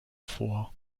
vor